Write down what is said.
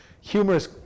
humorous